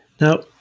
Now